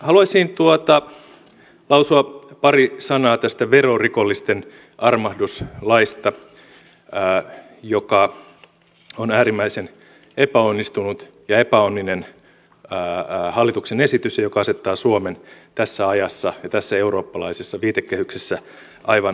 haluaisin lausua pari sanaa tästä verorikollisten armahduslaista joka on äärimmäisen epäonnistunut ja epäonninen hallituksen esitys ja joka asettaa suomen tässä ajassa ja tässä eurooppalaisessa viitekehyksessä aivan väärään seuraan